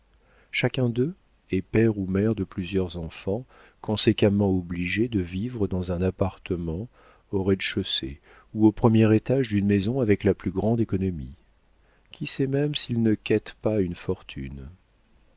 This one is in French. chacun d'eux est père ou mère de plusieurs enfants conséquemment obligé de vivre dans un appartement au rez-de-chaussée ou au premier étage d'une maison avec la plus grande économie qui sait même s'ils ne quêtent pas une fortune